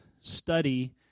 study